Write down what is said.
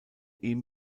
ihm